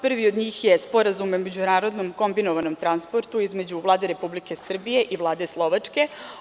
Prvi od njih je Sporazum o međunarodnom kombinovanom transportu između Vlade Republike Srbije i Vlade Slovačke.